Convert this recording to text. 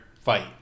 fight